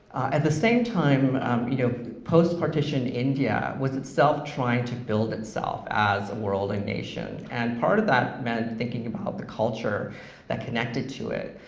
at the same time you know post-partition india was itself trying to build itself as a world and nation, and part of that meant thinking about the culture that connected to it,